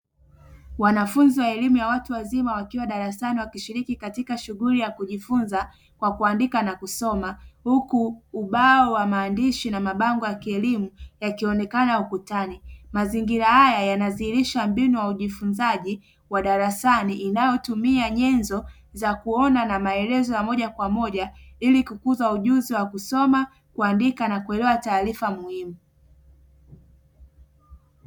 Wanafunzi wa elimu ya watu wazima wakiwa darasani wakishiriki katika shughuli ya kujifunza kwa kuandika na kusoma huku ubao wa maandishi na mabango ya kielimu yakionekana ukutani mazingira haya yanadhihirisha mbinu ya ujifunzaji wa darasani inayotumia nyenzo za kuona na maelezo ya moja kwa moja ili kukuza ujuzi wa kusoma, kuandika na kuelewa taarifa muhimu.